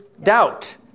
doubt